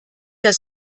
das